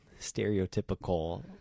stereotypical